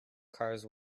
cars